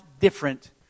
different